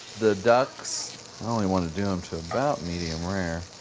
the ducks, i only want to do them to about medium rare.